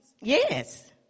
Yes